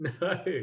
No